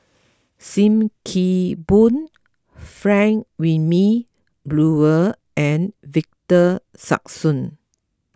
Sim Kee Boon Frank Wilmin Brewer and Victor Sassoon